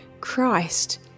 Christ